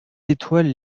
étoiles